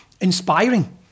inspiring